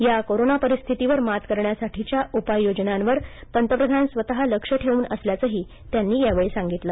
या कोरोना परिस्थितीवर मात करण्यासाठीच्या उपाययोजनांवर पंतप्रधान स्वत लक्ष ठेवून असल्याचही त्यांनी सांगितलं